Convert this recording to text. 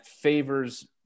favors